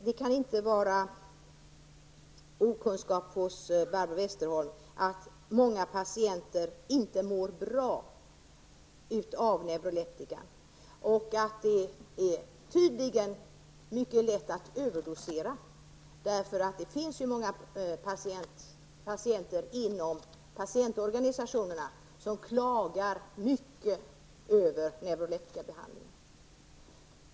Det kan inte vara okänt för Barbro Westerholm att många patienter inte mår bra av neuroleptika, och att det tydligen är mycket lätt att överdosera. Det finns många patienter inom patientorganisationerna som klagar mycket över neuroleptikabehandlingen.